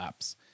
apps